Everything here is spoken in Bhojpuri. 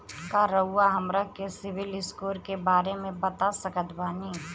का रउआ हमरा के सिबिल स्कोर के बारे में बता सकत बानी?